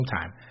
Time